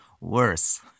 worse